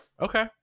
Okay